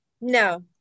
no